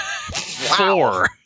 Four